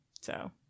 So-